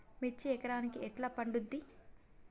మిర్చి ఎకరానికి ఎట్లా పండుద్ధి?